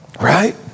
right